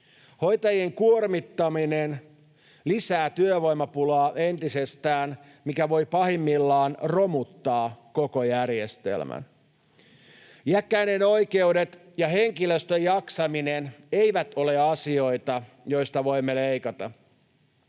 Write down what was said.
Hoitajien kuormittaminen lisää työvoimapulaa entisestään, mikä voi pahimmillaan romuttaa koko järjestelmän. Iäkkäiden oikeudet ja henkilöstön jaksaminen eivät ole asioita, joista voimme leikata.